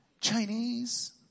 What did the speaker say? Chinese